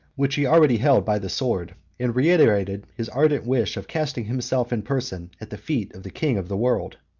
which he already held by the sword and reiterated his ardent wish, of casting himself in person at the feet of the king of the world.